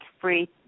free